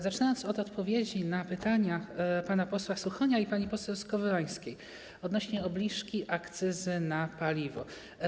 Zacznę od odpowiedzi na pytania pana posła Suchonia i pani poseł Skowrońskiej odnośnie do obniżki akcyzy na paliwo.